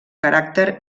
caràcter